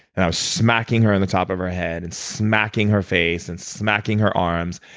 and smacking her on the top of her head and smacking her face, and smacking her arms.